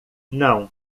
não